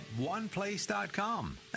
oneplace.com